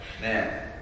man